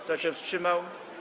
Kto się wstrzymał?